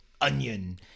onion